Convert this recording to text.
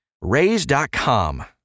Raise.com